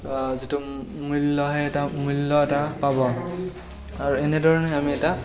যিটো মূল্য আহে তাৰ মূল্য এটা পাব আৰু এনে ধৰণে আমি এটা